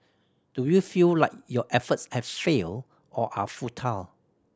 do you feel like your efforts have failed or are futile